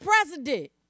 president